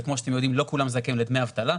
וכמו שאתם יודעים לא כולם זכאים לדמי אבטלה,